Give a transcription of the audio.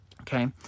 okay